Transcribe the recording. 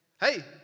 Hey